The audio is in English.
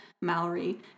Mallory